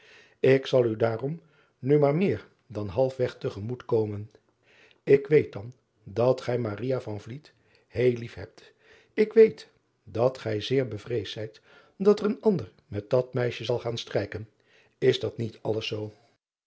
k zal u daarom nu maar meer dan halfweg te gemoet komen k weet dan dat gij heel lief hebt ik weet dat gij zeer be driaan oosjes zn et leven van aurits ijnslager vreesd zijt dat er een ander met dat meisje zal gaan strijken s dat niet alles zoo